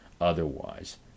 otherwise